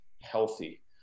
healthy